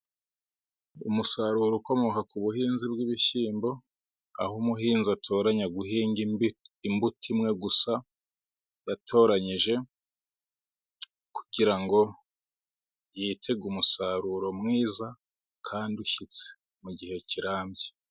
Umusaruro ukomoka ku buhinzi bw'ibishyimbo, aho umuhinzi atoranya guhinga imbuto imwe gusa yatoranyije, kugira ngo yitege umusaruro mwiza kandi ushyitse mu gihe kirambye.